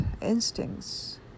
instincts